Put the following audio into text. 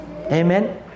Amen